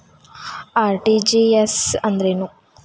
RTGS ಅಂದ್ರೇನು?